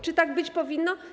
Czy tak być powinno?